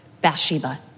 Bathsheba